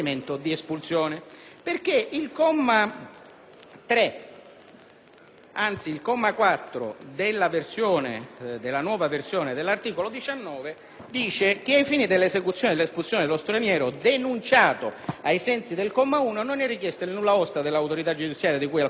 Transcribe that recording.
perché il comma 4 della nuova versione dell'articolo 19 prevede che ai fini dell'esecuzione dell'espulsione dello straniero, denunciato ai sensi del comma 1, non è richiesto il nulla osta dell'autorità giudiziaria di cui al comma 3 dell'articolo 13 del testo unico della legge sull'immigrazione